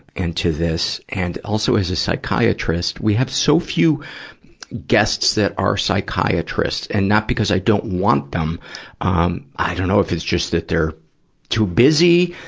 into this. and also, as a psychiatrist, we have so few guests that are psychiatrists, and not because i don't want them um i don't know if it's just that they're too busy,